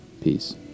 Peace